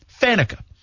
Fanica